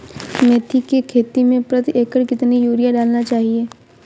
मेथी के खेती में प्रति एकड़ कितनी यूरिया डालना चाहिए?